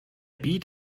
beat